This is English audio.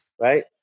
right